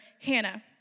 Hannah